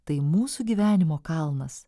tai mūsų gyvenimo kalnas